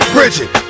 Bridget